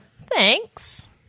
Thanks